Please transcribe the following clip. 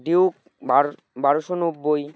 Duke বার বারোশো নব্বই